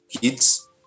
kids